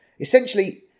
Essentially